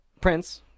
Prince